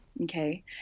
okay